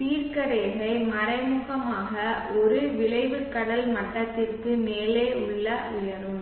தீர்க்கரேகை மறைமுகமாக ஒரு விளைவு கடல் மட்டத்திற்கு மேலே உள்ள உயரம்